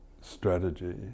strategy